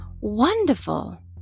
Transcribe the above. Wonderful